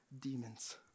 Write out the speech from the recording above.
demons